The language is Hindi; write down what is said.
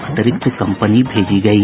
अतिरिक्त कम्पनी भेजी गयी